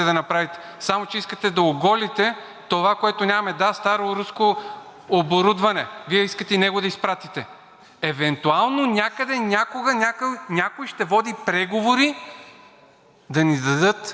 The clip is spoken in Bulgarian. Евентуално някъде някога някой ще води преговори да ни дадат безплатно! Знаете ли какво ще ни дадат? След два дни точно Вие ще сте този, който ще стане тук и ще защитава да купи чертежи